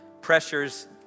pressures